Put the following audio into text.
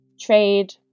trade